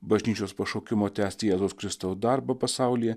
bažnyčios pašaukimo tęsti jėzaus kristaus darbą pasaulyje